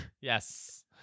yes